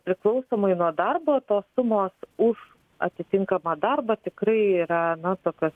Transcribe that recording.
priklausomai nuo darbo tos sumos už atitinkamą darbą tikrai yra na tokios